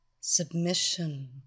Submission